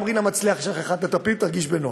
גם רינה מצליח שכחה את הדפים, תרגיש בנוח.